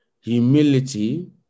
Humility